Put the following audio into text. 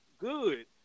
good